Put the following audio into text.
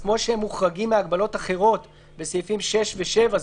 כמו שהם מוחרגים מהגבלות אחרות בסעיפים 6 ו-7,